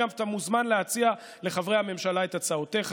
אגב, אתה מוזמן להציע לחברי הממשלה את הצעותיך.